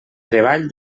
treball